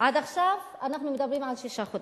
עד עכשיו אנחנו מדברים על שישה חודשים.